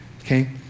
Okay